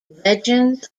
legends